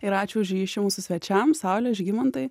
ir ačiū už ryšį mūsų svečiam saule žygimantai